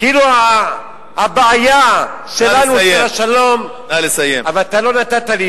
כאילו הבעיה שלנו, של השלום, נא לסיים.